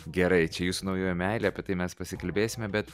gerai čia jūsų naujoji meilė apie tai mes pasikalbėsime bet